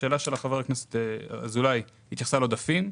השאלה של חבר הכנסת אזולאי התייחסה לעודפים.